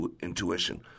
intuition